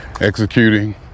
Executing